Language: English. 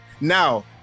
Now